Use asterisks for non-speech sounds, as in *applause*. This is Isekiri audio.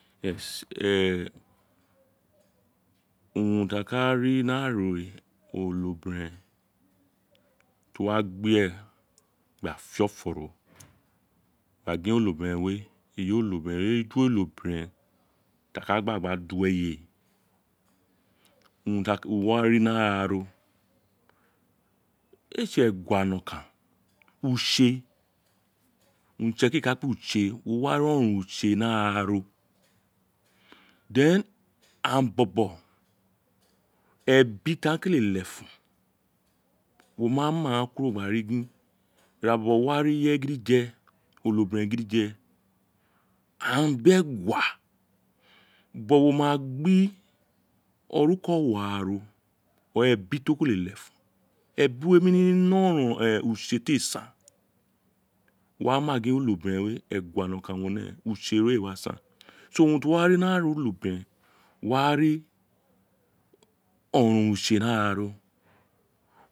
*noise* *hesitation* urun ti a ka ri ni ara onobiren to wa gbe ee gba fe ofo ro gba gin onobiren we eyi onobiren eyi to onobiren ti a ka gba gba do eye urun ti uwo wa ri ni araro ee tsi egua no kan utse owun itsekiri ka kpe wun utse wo wa ri oronron utse ni araro *unintelligible* aghaan bobo ebi ti aghan kele lefun wo ma maa aghaan kuro gba ri gin ireye gidije wo wa ri gin ireye gidije ono bi ren gidije aghaan bi egua *unintelligible* wo ma gbi oruke owaro were ebi ti o kele lefun ebi ro ne mi ne oronron utse ti a san wo wa me gin onobiren we egua nokan owun o ne utse ee wa san *unintelligible* urun ti wo wa ri ni ara onobiren wa ri oronron utse ni araro